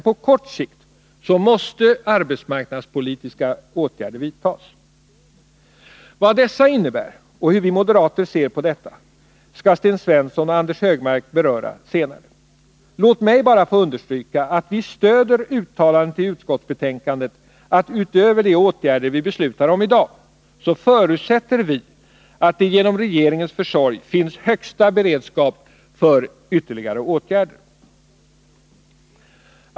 På kort sikt måste arbetsmarknadspolitiska åtgärder vidtas. Vad dessa innebär och hur vi moderater ser på dem skall Sten Svensson och Anders Högmark beröra senare. Låt mig bara få understryka att vi stöder uttalandet i utskottsbetänkandet att vi förutsätter att det, utöver de åtgärder som vi i dag beslutar om, genom regeringens försorg finns högsta beredskap för ytterligare åtgärder.